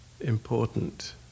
important